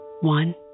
One